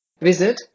Visit